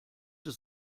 des